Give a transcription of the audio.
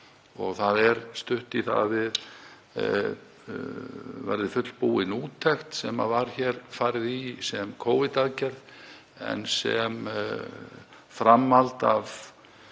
Það er stutt í að það verði fullbúin úttekt sem var hér farið í sem Covid-aðgerð en sem framhald af